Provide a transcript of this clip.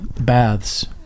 baths